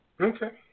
Okay